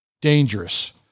dangerous